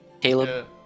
Caleb